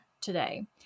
today